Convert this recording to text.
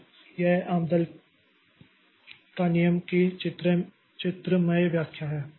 तो यह इस अम्दाहल का नियमAmdahl's law की चित्रमय व्याख्या है